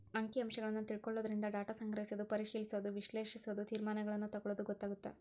ಅಂಕಿ ಅಂಶಗಳನ್ನ ತಿಳ್ಕೊಳ್ಳೊದರಿಂದ ಡಾಟಾ ಸಂಗ್ರಹಿಸೋದು ಪರಿಶಿಲಿಸೋದ ವಿಶ್ಲೇಷಿಸೋದು ತೇರ್ಮಾನಗಳನ್ನ ತೆಗೊಳ್ಳೋದು ಗೊತ್ತಾಗತ್ತ